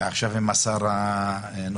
ועכשיו עם השר הנוכחי,